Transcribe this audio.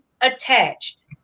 attached